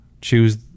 choose